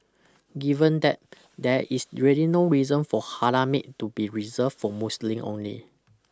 given that there is really no reason for Halal meat to be reserved for Muslim only